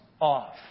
off